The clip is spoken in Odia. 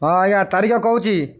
ହଁ ଆଜ୍ଞା ତାରିଖ କହୁଛି